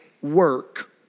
work